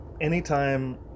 Anytime